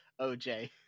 OJ